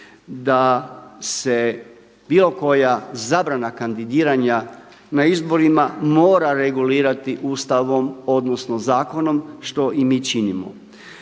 da se bilo koja zabrana kandidiranja na izborima mora regulirati Ustavom, odnosno zakonom što i mi činimo.